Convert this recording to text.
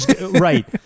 right